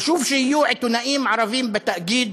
חשוב שיהיו עיתונאים ערבים בתאגיד,